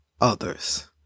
others